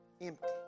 empty